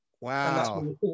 wow